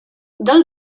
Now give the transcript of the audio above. del